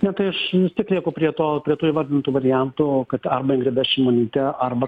na tai aš vis tiek lieku prie to prie to įvardinto varianto kad arba ingrida šimonytė arba